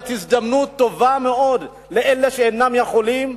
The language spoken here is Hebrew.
הזדמנות טובה מאוד לאלה שאינם יכולים,